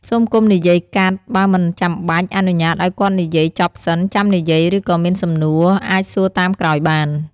សូមកុំនិយាយកាត់បើមិនចាំបាច់ អនុញ្ញាតឲ្យគាត់និយាយចប់សិនចាំនិយាយឬក៏មានសំណួរអាចសួរតាមក្រោយបាន។